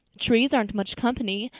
trees aren't much company,